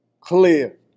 clear